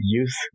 use